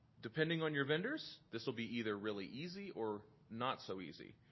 depending on your vendors this will be either really easy or not so easy.